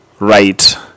Right